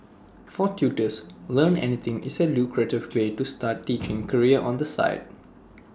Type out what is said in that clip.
for tutors Learn Anything is A lucrative way to start teaching career on the side